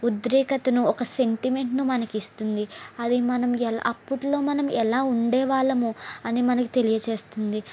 ఉద్రేకతను ఒక సెంటిమెంట్ను మనకి ఇస్తుంది అది మనం ఎలా అప్పట్లో మనం ఎలా ఉండే వాళ్ళము అని మనకి తెలియజేస్తుంది